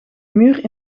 muur